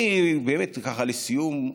אני באמת, ככה לסיום,